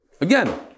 Again